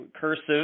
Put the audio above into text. cursive